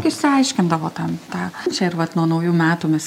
išsiaiškindavo tam tą čia ir vat nuo naujų metų mes